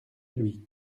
lui